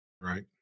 Right